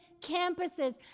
campuses